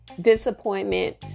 disappointment